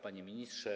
Panie Ministrze!